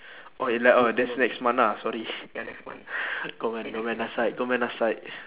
oh like oh that's next month ah sorry gomen~ gomennasai